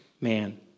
man